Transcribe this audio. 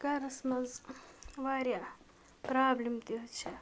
گَرَس منٛز واریاہ پرٛابلِم تہِ حظ چھِ